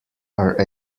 are